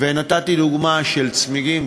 ונתתי דוגמה של צמיגים,